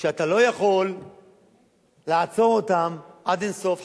שאתה לא יכול לעצור אותם עד אין-סוף,